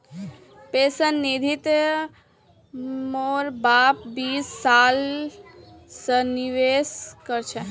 pension निधित मोर बाप बीस साल स निवेश कर छ